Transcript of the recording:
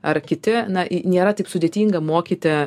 ar kiti na nėra taip sudėtinga mokyti